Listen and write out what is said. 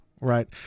right